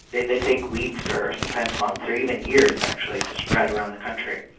they they take weeks or sometimes months or even years actually to spread around the country.